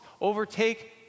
overtake